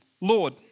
Lord